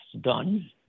done